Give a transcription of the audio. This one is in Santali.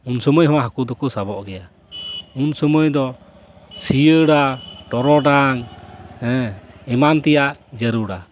ᱩᱱᱥᱩᱢᱟᱹᱭ ᱦᱚᱸ ᱦᱟᱹᱠᱩ ᱫᱚᱠᱚ ᱥᱟᱵᱚᱜ ᱜᱮᱭᱟ ᱩᱱᱥᱩᱢᱟᱹᱭ ᱫᱚ ᱥᱤᱭᱟᱹᱲᱟ ᱴᱚᱨᱚᱰᱟᱝ ᱦᱮᱸ ᱮᱢᱟᱱ ᱛᱮᱭᱟᱜ ᱡᱟᱹᱨᱩᱲᱟ